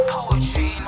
Poetry